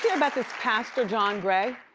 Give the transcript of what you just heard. yeah about this pastor, john gray?